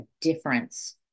difference